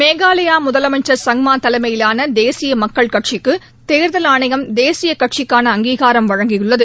மேகாலயா முதலமைச்சர் சங்மா தலைமையிலான தேசிய மக்கள் கட்சிக்கு தேர்தல் ஆணையம் தேசிய கட்சிக்கான அங்கீகாரம் வழங்கியுள்ளது